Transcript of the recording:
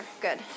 good